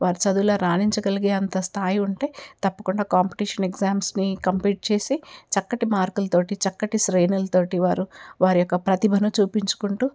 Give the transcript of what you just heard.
వారు చదువులో రాణించగలిగే అంత స్థాయి ఉంటే తప్పకుండా కాంపిటీషన్ ఎగ్జామ్స్ని కంపీట్ చేసి చక్కటి మార్కులతో చక్కటి శ్రేణులతో వారు వారి యొక్క ప్రతిభను చూపించుకుంటూ